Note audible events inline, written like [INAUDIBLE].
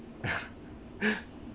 [LAUGHS] [BREATH]